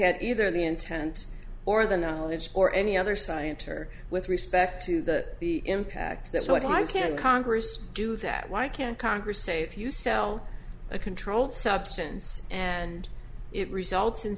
had either the intent or the knowledge or any other science or with respect to the impact that's what i can congress do that why can't congress say if you sell a controlled substance and it results in